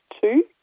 two